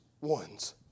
ones